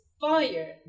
fire